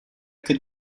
could